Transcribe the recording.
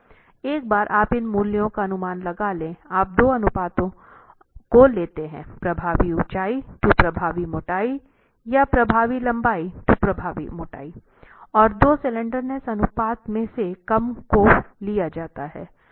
एक बार आप इन मूल्यों का अनुमान लगा ले आप दो अनुपातों को लेते हैं प्रभावी ऊंचाई टू प्रभावी मोटाई या प्रभावी लंबाई टू प्रभावी मोटाई और दो स्लैंडरनेस अनुपात में से कम को लिया जाता है